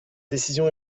décision